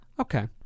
Okay